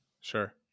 Sure